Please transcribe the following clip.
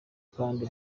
kandi